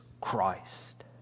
Christ